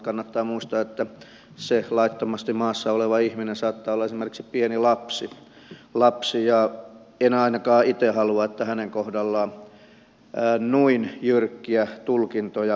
kannattaa muistaa että se laittomasti maassa oleva ihminen saattaa olla esimerkiksi pieni lapsi ja en ainakaan itse halua että hänen kohdallaan noin jyrkkiä tulkintoja sovellettaisiin